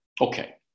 okay